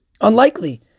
unlikely